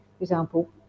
example